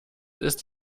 ist